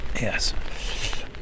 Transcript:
yes